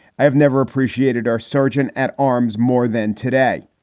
i have never appreciated our sergeant at arms more than today.